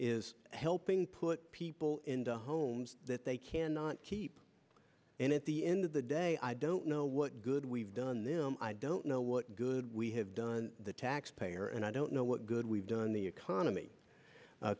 is helping put people into homes that they cannot keep and at the end of the day i don't know what good we've done them i don't know what good we have done the taxpayer and i don't know what good we've done the economy